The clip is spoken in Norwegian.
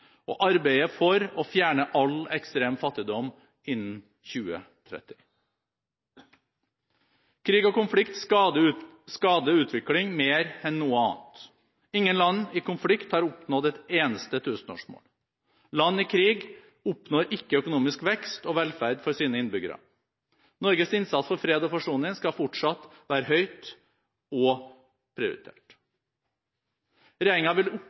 og arbeide for å fjerne all ekstrem fattigdom innen 2030. Krig og konflikt skader utvikling mer enn noe annet. Ingen land i konflikt har oppnådd et eneste tusenårsmål. Land i krig oppnår ikke økonomisk vekst og velferd for sine innbyggere. Norges innsats for fred og forsoning skal fortsatt være høy og prioritert. Regjeringen vil